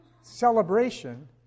celebration